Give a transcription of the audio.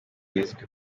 rizwi